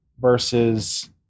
versus